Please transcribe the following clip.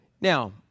Now